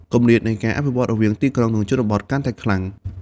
គម្លាតនៃការអភិវឌ្ឍន៍រវាងទីក្រុង និងជនបទកាន់តែខ្លាំង។